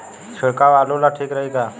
छिड़काव आलू ला ठीक रही का?